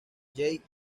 joyce